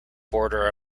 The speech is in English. border